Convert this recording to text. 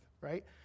right